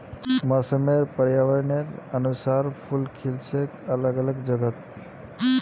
मौसम र पर्यावरनेर अनुसार फूल खिल छेक अलग अलग जगहत